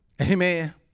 Amen